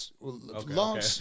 long